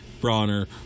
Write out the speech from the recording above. Bronner